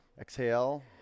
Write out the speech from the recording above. exhale